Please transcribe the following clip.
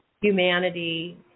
humanity